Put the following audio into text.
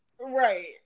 right